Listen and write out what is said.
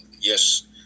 yes